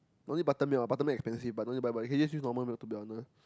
only buttermilk ah buttermilk expensive but don't need to buy can just use normal milk to be honest